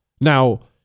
Now